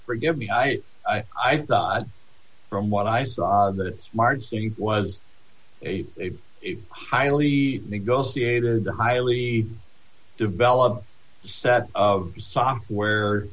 forgive me i i thought from what i saw that march was a highly negotiated highly developed set of software